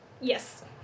Yes